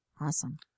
Awesome